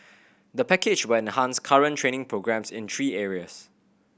the package will enhance current training programmes in three areas